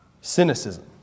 cynicism